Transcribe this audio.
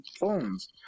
phones